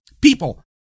People